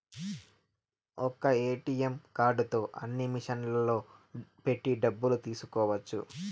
ఒక్క ఏటీఎం కార్డుతో అన్ని మిషన్లలో పెట్టి డబ్బులు తీసుకోవచ్చు